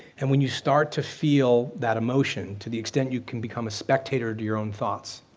and when you start to feel that emotion to the extent you can become a spectator to your own thoughts,